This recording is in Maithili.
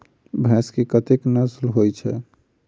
भैंस केँ कतेक नस्ल होइ छै?